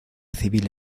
civil